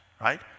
right